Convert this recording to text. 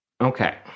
Okay